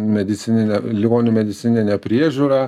medicinine ligonių medicininė priežiūra